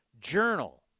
journal